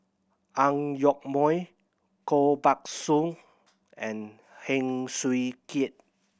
Ang Yoke Mooi Koh Buck Song and Heng Swee Keat